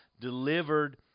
delivered